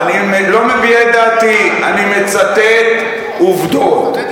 אני לא מביע את דעתי, אני מצטט עובדות.